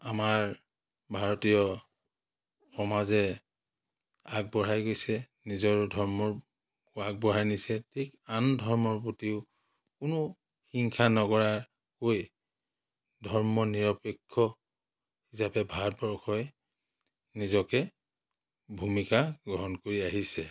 আমাৰ ভাৰতীয় সমাজে আগবঢ়াই গৈছে নিজৰ ধৰ্ম আগবঢ়াই নিছে ঠিক আন ধৰ্মৰ প্ৰতিও কোনো হিংসা নকৰাকৈ ধৰ্ম নিৰপেক্ষ হিচাপে ভাৰতবৰ্ষই নিজকে ভূমিকা গ্ৰহণ কৰি আহিছে